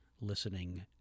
listening